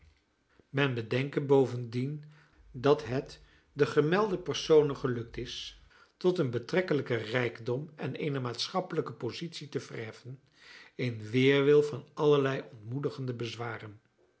men bedenke bovendien dat het den gemelden personen gelukt is tot een betrekkelijken rijkdom en eene maatschappelijke positie te verheffen in weerwil van allerlei ontmoedigende bezwaren